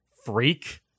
Freak